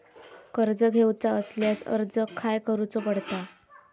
कर्ज घेऊचा असल्यास अर्ज खाय करूचो पडता?